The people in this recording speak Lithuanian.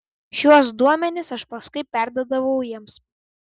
šiuos duomenis aš paskui perduodavau jiems